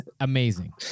Amazing